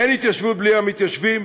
אין התיישבות בלי המתיישבים,